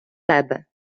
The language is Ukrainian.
тебе